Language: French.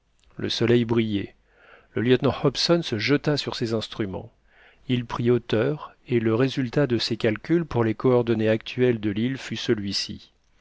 le soleil brillait le lieutenant hobson se jeta sur ses instruments il prit hauteur et le résultat de ses calculs pour les coordonnées actuelles de l'île fut celui-ci